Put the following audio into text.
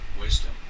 wisdom